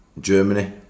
Germany